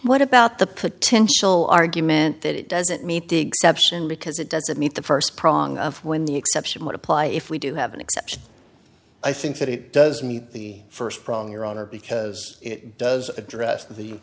what about the potential argument that it doesn't meet the exemption because it doesn't meet the first prong of when the exception would apply if we do have an exception i think that it does meet the first problem your honor because it does address